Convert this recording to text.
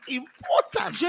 important